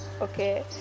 okay